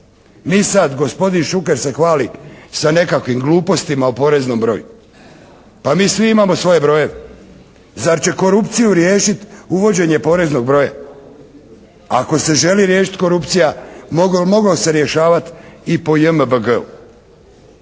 Mi sad gospodin Šuker se hvali sa nekakvim glupostima o poreznom broju. Pa mi svi imamo svoje brojeve. Zar će korupciju riješiti uvođenje poreznog broja? Ako se želi riješiti korupcija moglo se rješavati i po JMBG-u.